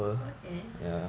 okay